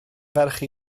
ferch